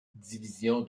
division